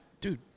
dude